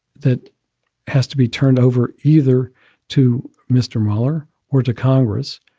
that has to be turned over either to mr. mueller or to congress,